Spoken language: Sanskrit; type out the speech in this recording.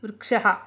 वृक्षः